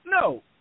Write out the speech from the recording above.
No